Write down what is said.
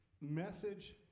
message